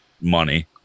money